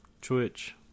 Twitch